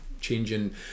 changing